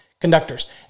conductors